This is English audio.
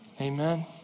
Amen